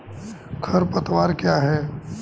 खरपतवार क्या है?